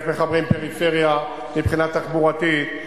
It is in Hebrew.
ואיך מחברים פריפריה מבחינה תחבורתית.